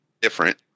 different